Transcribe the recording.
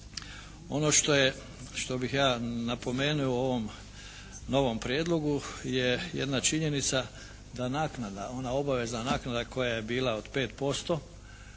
Ono što bih ja napomenuo u ovom novom prijedlogu je jedna činjenica, da naknada, ona obavezna naknada koja je bila od 5%